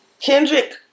Kendrick